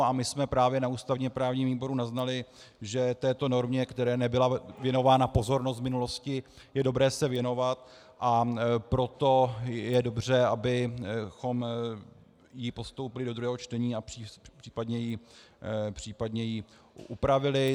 A my jsme právě na ústavněprávním výboru naznali, že této normě, které nebyla věnována pozornost v minulosti, je dobré se věnovat, a proto je dobře, abychom ji postoupili do druhého čtení a případně ji upravili.